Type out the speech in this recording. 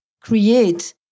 create